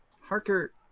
Harker